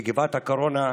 מגפת הקורונה,